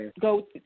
go